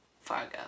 Fargo